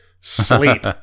sleep